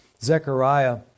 Zechariah